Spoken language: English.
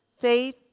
faith